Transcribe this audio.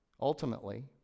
ultimately